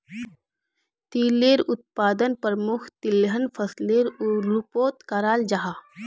तिलेर उत्पादन प्रमुख तिलहन फसलेर रूपोत कराल जाहा